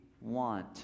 want